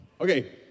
Okay